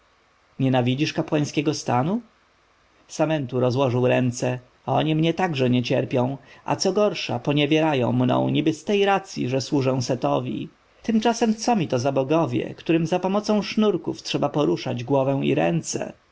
nienawidzisz kapłańskiego stanu samentu rozłożył ręce oni mnie także niecierpią a co gorsze poniewierają mną niby z tej racji że służę setowi tymczasem co mi to za bogowie którym zapomocą sznurków trzeba poruszać głowę i ręce